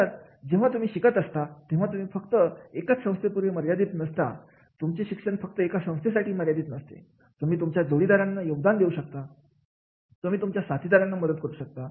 नंतर जेव्हा तुम्ही शिकत असता तेव्हा तुम्ही फक्त एकच संस्थे पुरते मर्यादित नसतात तुमचे शिक्षण फक्त एका संस्थेसाठी मर्यादित नसते तुम्ही तुमच्या जोडीदारांना योगदान करू शकता तुम्ही तुमच्या साथीदारांना मदत करू शकता